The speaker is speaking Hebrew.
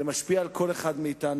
זה משפיע על כל אחד מאתנו,